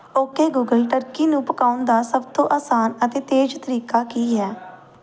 okay Google turkey ਨੂੰ ਪਕਾਉਣ ਦਾ ਸਭ ਤੋਂ ਆਸਾਨ ਅਤੇ ਤੇਜ਼ ਤਰੀਕਾ ਕੀ ਹੈ